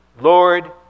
Lord